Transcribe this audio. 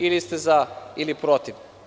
Ili ste za ili ste protiv.